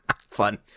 Fun